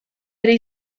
bere